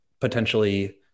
potentially